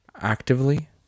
actively